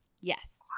Yes